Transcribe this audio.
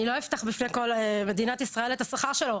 אני לא אפתח בפני כל מדינת ישראל את השכר שלו,